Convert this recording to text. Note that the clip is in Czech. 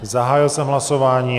Zahájil jsem hlasování.